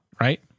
right